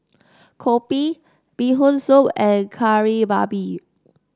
Kopi Bee Hoon Soup and Kari Babi